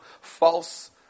false